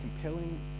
compelling